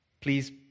please